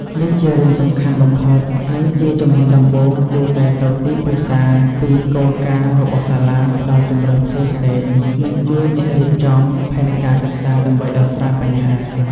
នេះជារឿងសំខាន់បំផុត និងជាជំហានដំបូង គួរតែទៅទីប្រឹក្សាពីគោលការណ៍របស់សាលា ផ្តល់ជម្រើសផ្សេងៗ និងជួយអ្នករៀបចំ ផែនការសិក្សាដើម្បីដោះស្រាយបញ្ហា។